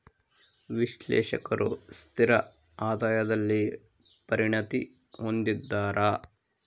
ವಿಶ್ಲೇಷಕರು ಸ್ಥಿರ ಆದಾಯದಲ್ಲಿ ಪರಿಣತಿ ಹೊಂದಿದ್ದಾರ